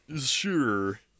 Sure